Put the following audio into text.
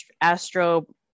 astro